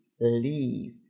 leave